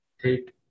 take